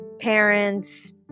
parents